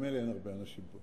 ממילא אין הרבה אנשים.